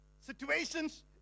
situations